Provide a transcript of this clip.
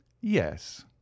yes